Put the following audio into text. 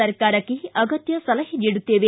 ಸರ್ಕಾರಕ್ಕೆ ಅಗತ್ಯ ಸಲಹೆ ನೀಡುತ್ತೇವೆ